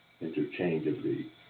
interchangeably